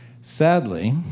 Sadly